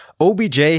OBJ